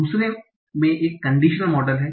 दूसरे में एक कंडीशनल मॉडल है